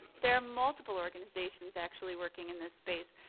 there are multiple organizations actually working in this space.